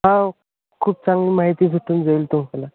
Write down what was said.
हो खूप चांगली माहिती भेटून जाईल तुम्हाला